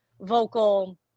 vocal